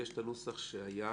יש הנוסח שהיה